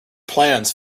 plans